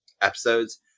Episodes